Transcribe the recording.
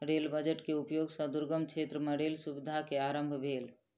rail budget के उपयोग सॅ दुर्गम क्षेत्र मे रेल सुविधा के आरम्भ भेल